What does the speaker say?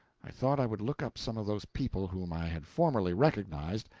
i thought i would look up some of those people whom i had formerly recognized,